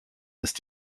ist